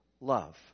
love